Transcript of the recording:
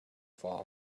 fall